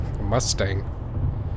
Mustang